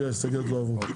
הצבעה ההסתייגויות לא עברו.